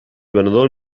venedor